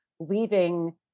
leaving